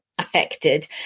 affected